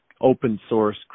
open-source